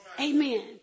Amen